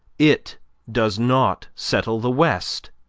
it does not settle the west.